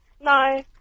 No